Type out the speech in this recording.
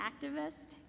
activist